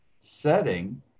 setting